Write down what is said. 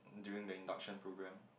during the induction program